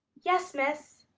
yes, miss,